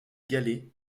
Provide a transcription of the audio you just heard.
galets